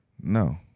No